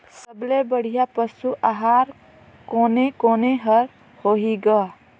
सबले बढ़िया पशु आहार कोने कोने हर होही ग?